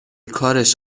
کارش